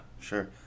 Sure